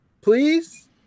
Please